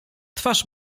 twarz